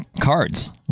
cards